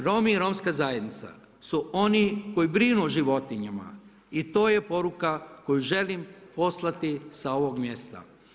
Romi i romska zajednica su oni koji brinu o životinjama i to je poruka koju želim poslati sa ovog mjesta.